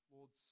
Lord